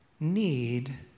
Need